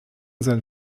san